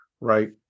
right